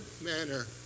manner